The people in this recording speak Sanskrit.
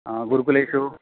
गुरुकुलेषु